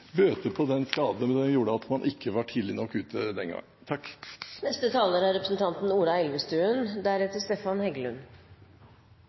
bøte på den skaden det gjorde at man ikke var tidlig nok ute den gang. Først vil jeg takke for redegjørelsen fra statsråden. Den var grundig. Vi er